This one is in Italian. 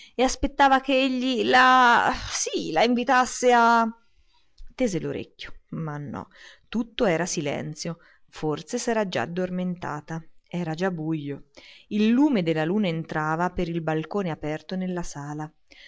e aspettava che egli la sì la invitasse a tese l'orecchio ma no tutto era silenzio forse s'era già addormentata era già bujo il lume della luna entrava per il balcone aperto nella sala